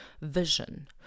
vision